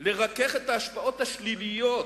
לרכך את ההשפעות השליליות